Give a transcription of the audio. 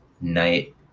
night